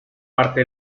parte